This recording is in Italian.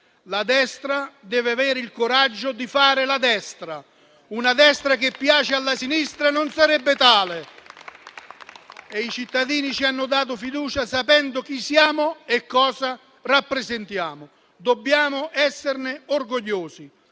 la destra deve avere il coraggio di fare la destra. Una destra che piace alla sinistra non sarebbe tale e i cittadini ci hanno dato fiducia sapendo chi siamo e cosa rappresentiamo. Dobbiamo esserne orgogliosi: